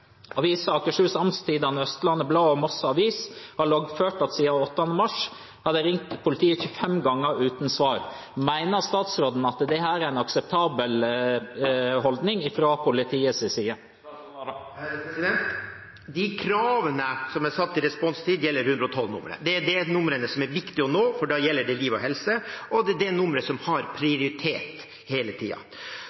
Akershus Amtstidende, Østlandets Blad og Moss Avis har loggført at siden 8. mars har de ringt politiet 25 ganger uten å få svar. Mener statsråden at dette er en akseptabel holdning fra politiets side? De kravene som er satt til responstid, gjelder 112-nummeret. Det er det nummeret som det er viktig å nå, for da gjelder det liv og helse. Det er det nummeret som har